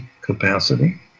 capacity